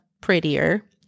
prettier